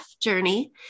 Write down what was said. journey